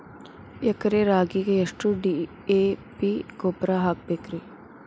ಎಕರೆ ರಾಗಿಗೆ ಎಷ್ಟು ಡಿ.ಎ.ಪಿ ಗೊಬ್ರಾ ಹಾಕಬೇಕ್ರಿ?